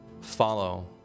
follow